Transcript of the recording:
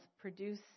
produce